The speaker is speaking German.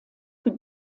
für